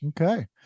Okay